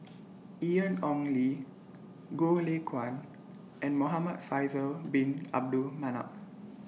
Ian Ong Li Goh Lay Kuan and Muhamad Faisal Bin Abdul Manap